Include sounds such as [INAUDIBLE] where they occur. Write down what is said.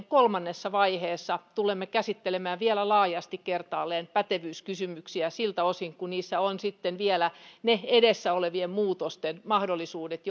[UNINTELLIGIBLE] kolmannessa vaiheessa tulemme käsittelemään vielä kertaalleen laajasti pätevyyskysymyksiä siltä osin kuin niissä ovat vielä ne edessä olevien muutosten mahdollisuudet [UNINTELLIGIBLE]